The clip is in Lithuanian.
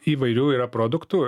įvairių yra produktų